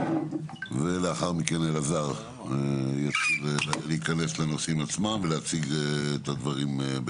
ולאחר מכן אלעזר ייכנס לנושאים עצמם ויציג את הדברים.